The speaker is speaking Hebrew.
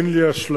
אין לי אשליה,